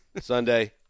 Sunday